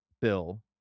bill